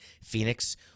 Phoenix